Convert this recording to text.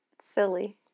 silly